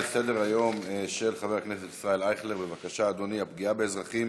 עובדים, פגיעה אנושה בעובדים,